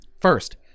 First